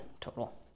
total